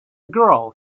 girl